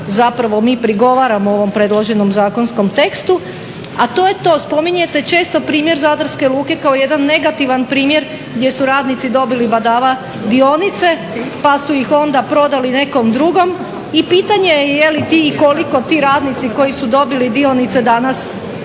zapravo mi prigovaramo ovom predloženom zakonskom tekstu, a to je to spominjete često primjer Zadarske luke kao jedan negativan primjer gdje su radnici dobili badava dionice pa su ih onda prodali nekom drugom. I pitanje je jeli ti i koliko ti radnici koji su dobili dionice danas